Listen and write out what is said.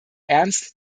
ernst